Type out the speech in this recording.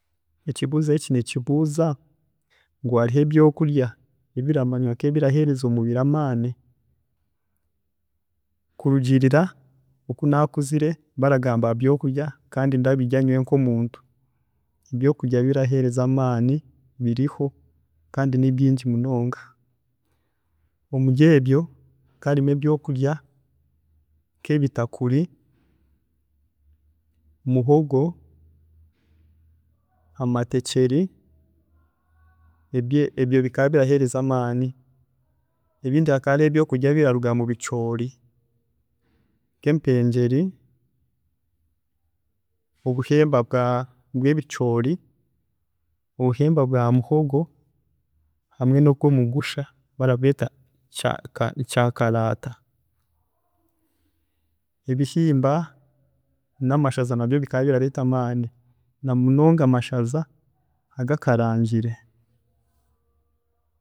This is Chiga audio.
﻿Ekibuuzo eki nikibuuza ngu hariho ebyokurya ebiri kuheereza omubiri amaani? Kurugiirira oku nakuzire baragamba habyokurya kandi ndabirya nyowe nk'omuntu, ebyokurya biraheereza amaani biriho kandi nibyingi munonga, omuri ebyo hakaba harimu ebyokurya nk'ebitakuri, muhogo, amatekyere, ebyo bikaba biraheereza amaani, ebindi hakaba harimu ebyokurya biraruga mubicoori nk'empengyere, obuhemba bwa bwebicoori, obuhemba bwa muhogo hamwe nobwomugusha barabweeta kyaaka kyaankaraata, ebihimba n'amashaza nabyo bikaba birareeta amaani namunonga amashaza agakaraangire.